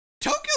Tokyo